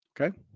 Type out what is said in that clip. Okay